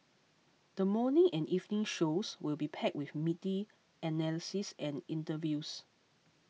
the morning and evening shows will be packed with meaty analyses and interviews